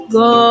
go